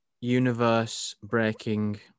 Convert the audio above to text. universe-breaking